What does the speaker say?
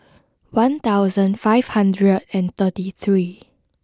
one thousand five hundred and thirty three